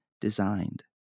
designed